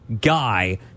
guy